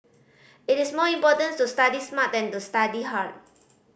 it is more important to study smart than to study hard